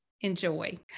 enjoy